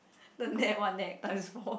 the net one that times four